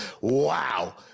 Wow